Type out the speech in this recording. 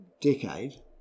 decade